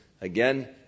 Again